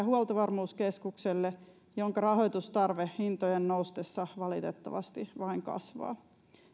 huoltovarmuuskeskukselle jonka rahoitustarve hintojen noustessa valitettavasti vain kasvaa